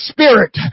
Spirit